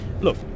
Look